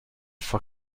for